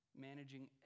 managing